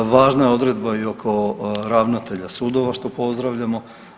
Važna je odredba i oko ravnatelja sudova što pozdravljamo.